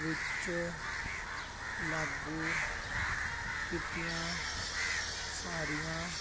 ਵਿੱਚ ਲਾਗੂ ਕੀਤੀਆਂ ਸਾਰੀਆਂ